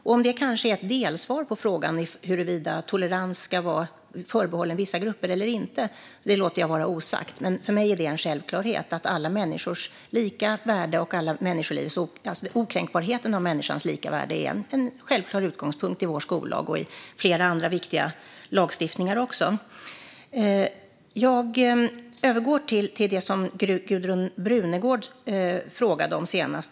Om det är ett delsvar på frågan huruvida tolerans ska vara förbehållen vissa grupper eller inte låter jag vara osagt, men för mig är det en självklarhet att alla människors lika värde och okränkbarheten av människors lika värde är en utgångspunkt i vår skollag och även i flera andra viktiga lagstiftningar. Jag övergår till det som Gudrun Brunegård frågade om senast.